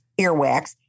earwax